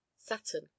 Saturn